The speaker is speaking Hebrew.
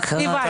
הכול אתם.